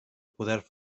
poder